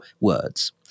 words